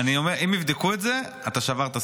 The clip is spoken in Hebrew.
אני אומר, אם יבדקו את זה, אתה שברת שיא.